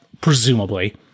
Presumably